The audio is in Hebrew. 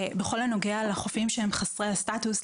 בכל הנוגע לחופים שהם חסרי הסטטוס,